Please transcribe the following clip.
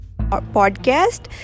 podcast